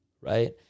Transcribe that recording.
right